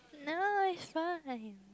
no is fine